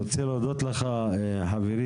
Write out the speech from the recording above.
אני רוצה להודות לך חברי,